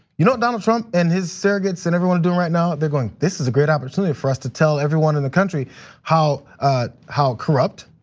you know what donald trump and his surrogates and everyone doing right now, they're going, this is a great opportunity for us to tell everyone in the country how how corrupt,